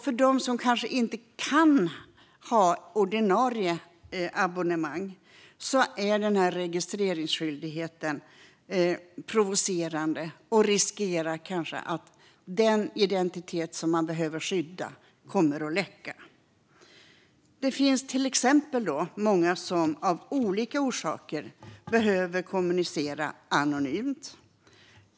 För dem som kanske inte kan ha ett ordinarie abonnemang är registreringsskyldigheten provocerande och innebär att den identitet som behöver skyddas riskerar att läcka. Det finns till exempel många som av olika orsaker behöver kommunicera anonymt.